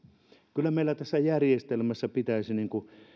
kyllä meillä tässä järjestelmässä pitäisi